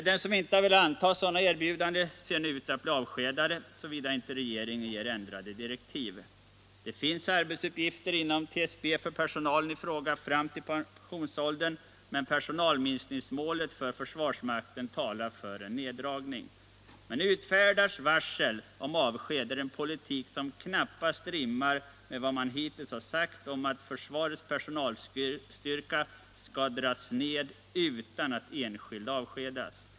De som inte velat anta sådana erbjudanden ser nu ut att bli avskedade såvida inte regeringen ger ändrade direktiv. Det finns arbetsuppgifter inom TSB för personalen i fråga fram till pensionsåldern, men personalminskningsmålet för försvarsmakten talar för en neddragning. Utfärdas varsel om avsked är det emellertid en politik som knappast rimmar med vad som hittills har sagts om att försvarets personalstyrka skall dras ned utan att enskilda avskedas.